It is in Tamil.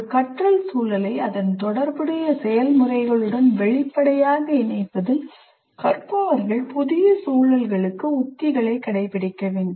ஒரு கற்றல் சூழலை அதன் தொடர்புடைய செயல்முறைகளுடன் வெளிப்படையாக இணைப்பதில் கற்பவர்கள் புதிய சூழல்களுக்கு உத்திகளைக் கடைப்பிடிக்க வேண்டும்